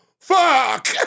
fuck